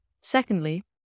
secondly